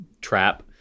trap